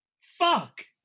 Fuck